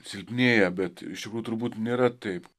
silpnėja bet iš tikrųjų turbūt nėra taip